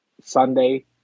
Sunday